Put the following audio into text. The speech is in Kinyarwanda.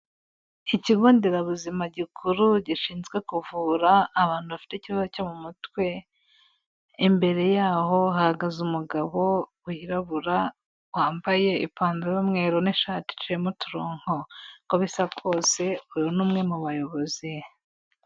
Ikigo nderabuzima gikuru, gishinzwe kuvura abantu bafite ikibazo cyo mu mutwe, imbere yaho hahagaze umugabo wirabura, wambaye ipantaro y'umweru n'ishati iciyemo uturongo uko bisa kose uyu ni umwe mu bayobozi.